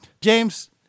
James